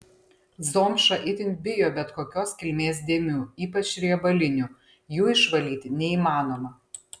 zomša itin bijo bet kokios kilmės dėmių ypač riebalinių jų išvalyti neįmanoma